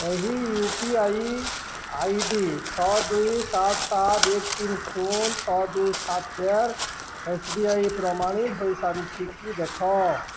ଏହି U P I I D ଛଅ ଦୁଇ ସାତ ସାତ ଏକ ତିନି ଶୂନ ଛଅ ଦୁଇ ସାତ ଚାରି ଏସ୍ ବି ଆଇ ପ୍ରମାଣିତ ହୋଇସାରିଛି କି ଦେଖ